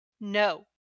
No